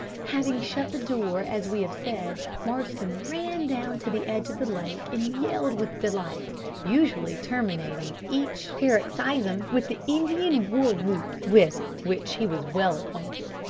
having shut the door, as we have said, marston ran down to the edge of the lake, and yelled with delight usually terminating each paroxysm with the indian war-whoop with which he was well acquainted.